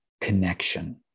connection